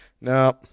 now